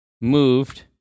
moved